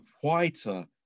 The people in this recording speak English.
whiter